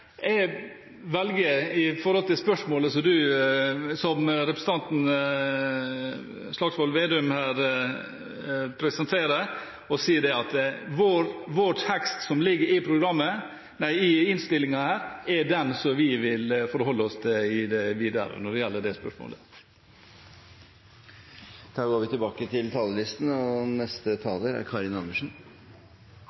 som representanten Slagsvold Vedum presenterer, å si at vår tekst som ligger i innstillingen, er den som vi vil forholde oss til i det videre når det gjelder dette spørsmålet. Replikkordskiftet er omme. Først vil jeg ta opp de forslagene som SV har i denne saken. Vi fremmer dem, og vi kommer til å stemme for dem og